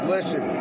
Listen